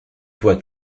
voie